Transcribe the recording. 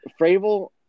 Fravel